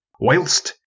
whilst